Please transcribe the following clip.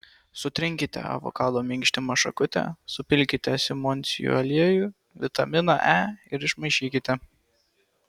sutrinkite avokado minkštimą šakute supilkite simondsijų aliejų vitaminą e ir išmaišykite